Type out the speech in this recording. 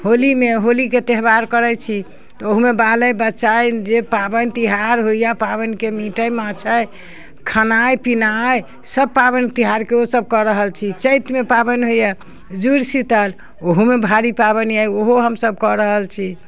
होलियेमे होलीके त्यौहार करै छी तऽ ओहुमे बाले बच्चे जे पाबनि तिहार होइए पाबनिके मीट अइ माछ अइ खनाय पीनाय सब पाबनि तिहारके ओ सब कऽ रहल छी चैतमे पाबनि होइए जुड़शीतल ओहुमे भारी पाबनि अइ ओहो हमसब कऽ रहल छी